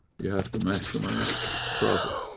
you have to maximise profit.